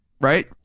Right